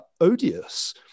odious